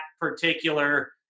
particular